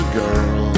girl